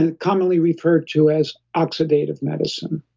and commonly referred to as oxidative medicine.